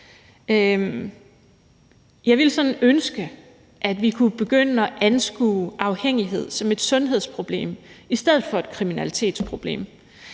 sådan ønske, at vi kunne begynde at anskue afhængighed som et sundhedsproblem i stedet for et kriminalitetsproblem.